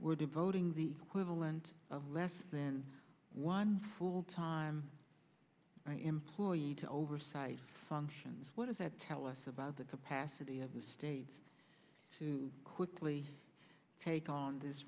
were devoting the equivalent of less than one full time employee to oversight functions what does that tell us about the capacity of the states to quickly take on this